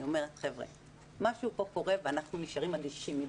אני אומרת שמשהו כאן קורה ואנחנו שארים אדישים מדי.